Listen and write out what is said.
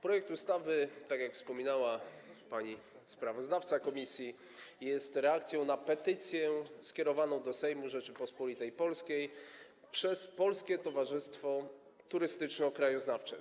Projekt ustawy, tak jak wspominała pani sprawozdawca komisji, jest reakcją na petycję skierowaną do Sejmu Rzeczypospolitej Polskiej przez Polskie Towarzystwo Turystyczno-Krajoznawcze.